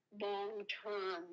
long-term